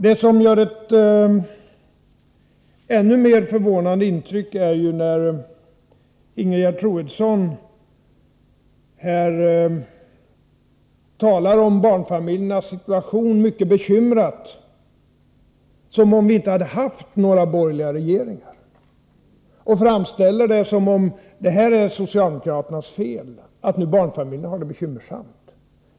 Det som gör mig ännu mer förvånad är när Ingegerd Troedsson här talar om barnfamiljernas situation på ett mycket bekymrat sätt — som om vi inte hade haft några borgerliga regeringar. Hon framställer det som om det är socialdemokraternas fel att barnfamiljerna nu har det bekymmersamt.